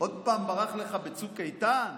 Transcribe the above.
עוד פעם ברח לך בצוק איתן?